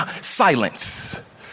silence